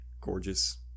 gorgeous